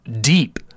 deep